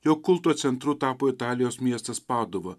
jo kulto centru tapo italijos miestas paduva